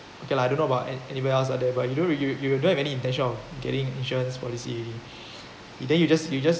okay lah I don't know about an~ anywhere else out there but you don't you you don't have any intention of getting insurance policy you then you just you just